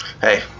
hey